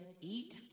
eat